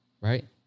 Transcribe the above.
right